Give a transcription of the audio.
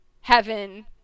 Heaven